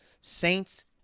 Saints